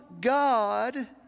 God